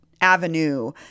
avenue